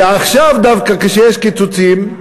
ועכשיו דווקא, כשיש קיצוצים,